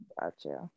Gotcha